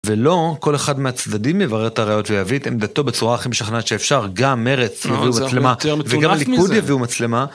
ולא כל אחד מהצדדים יברר את הראיות ויביא את עמדתו בצורה הכי משכנעת שאפשר. גם מרץ יביאו מצלמה וגם הליכוד יביאו מצלמה.